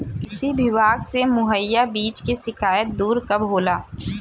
कृषि विभाग से मुहैया बीज के शिकायत दुर कब होला?